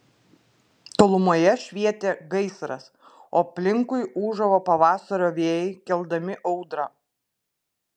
tolumoje švietė gaisras o aplinkui ūžavo pavasario vėjai keldami audrą